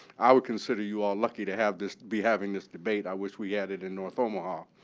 i would consider you all lucky to have this to be having this debate. i wish we had it in north omaha.